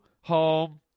home